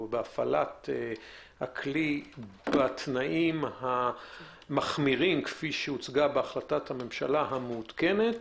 בהפעלת הכלי בתנאים המחמירים כפי שהוצגו בהחלטת הממשלה המעודכנת